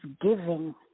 giving